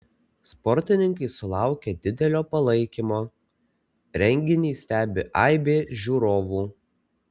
sportininkai sulaukia didelio palaikymo renginį stebi aibė žiūrovų